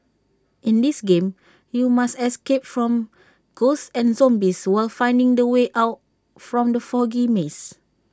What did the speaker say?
in this game you must escape from ghosts and zombies while finding the way out from the foggy maze